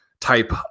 type